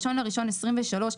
ה-1 בינואר 2023,